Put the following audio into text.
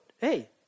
hey